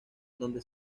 donde